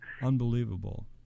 Unbelievable